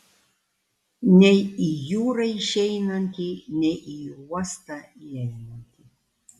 nei į jūrą išeinantį nei į uostą įeinantį